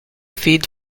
feed